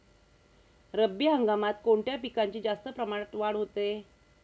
रब्बी हंगामात कोणत्या पिकांची जास्त प्रमाणात वाढ होते?